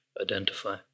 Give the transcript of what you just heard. identify